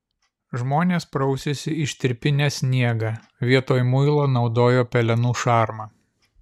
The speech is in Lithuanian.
žmonės prausėsi ištirpinę sniegą vietoj muilo naudojo pelenų šarmą